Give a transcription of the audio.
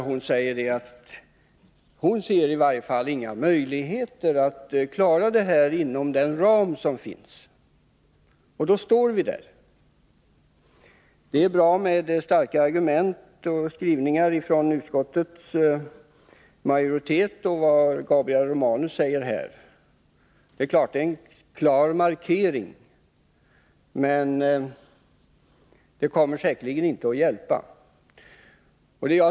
Hon ser inga möjligheter att klara den abortförebyggande verksamheten m.m. inom de ramar som finns. Och då står vi där. Det är bra med starka argument och skrivningar från utskottets majoritet, och vad Gabriel Romanus säger är en klar markering. Men det kommer inte att hjälpa.